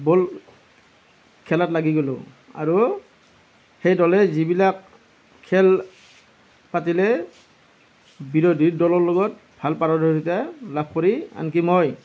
বল খেলাত লাগি গ'লোঁ আৰু সেই দলে যিবিলাক খেল পাতিলে বিৰোধী দলৰ লগত ভাল পাৰদৰ্শিতা লাভ কৰি আনকি মই